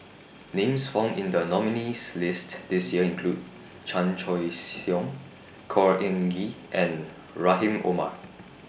Names found in The nominees' list This Year include Chan Choy Siong Khor Ean Ghee and Rahim Omar